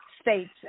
states